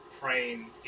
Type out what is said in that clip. praying